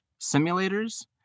simulators